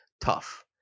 tough